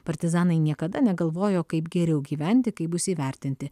partizanai niekada negalvojo kaip geriau gyventi kaip bus įvertinti